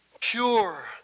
pure